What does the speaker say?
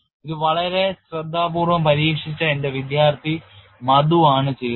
ഇത് വളരെ ശ്രദ്ധാപൂർവ്വം പരീക്ഷിച്ച എന്റെ വിദ്യാർത്ഥി മധു ആണ് ചെയ്തത്